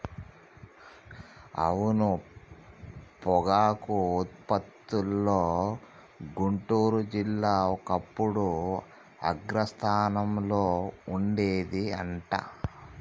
అవును పొగాకు ఉత్పత్తిలో గుంటూరు జిల్లా ఒకప్పుడు అగ్రస్థానంలో ఉండేది అంట